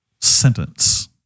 sentence